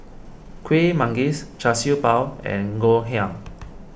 Kueh Manggis Char Siew Bao and Ngoh Hiang